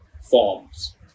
forms